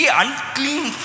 unclean